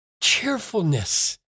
cheerfulness